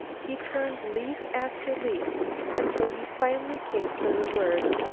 he turned leaf after leaf until he finally came to the words,